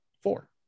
Four